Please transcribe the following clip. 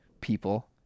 people